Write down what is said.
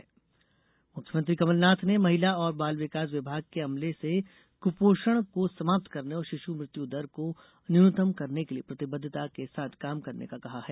मुख्यमंत्री मुख्यमंत्री कमलाथ ने महिला और बाल विकास विभाग के अमले से कृपोषण को समाप्त करने और शिशु मृत्यु दर को न्यूनतम करने के लिए प्रतिबद्वता के साथ काम करने को कहा है